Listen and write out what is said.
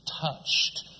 touched